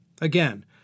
Again